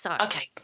Okay